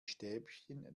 stäbchen